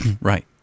Right